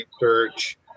research